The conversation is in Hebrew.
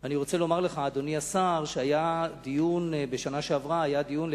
לך, אדוני השר, שבשנה שעברה היה דיון על